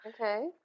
Okay